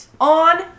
On